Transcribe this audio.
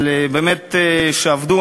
שבאמת עבדו,